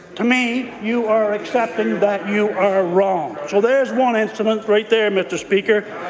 to me you are accepting that you are wrong. so there's one incident right there, mr. speaker,